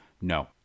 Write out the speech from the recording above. no